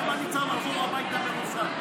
למה אני צריך לחזור הביתה מרוסק?